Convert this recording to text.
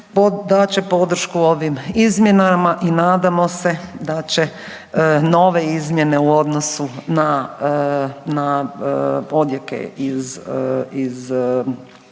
dat će podršku ovim izmjenama i nadamo se da će nove izmjene u odnosu na, na odjeke iz,